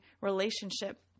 relationship